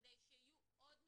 כדי שיהיו עוד מסגרות,